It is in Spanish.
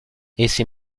ese